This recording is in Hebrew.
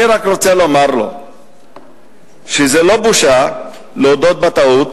אני רק רוצה לומר לו שזה לא בושה להודות בטעות